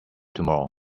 tomorrow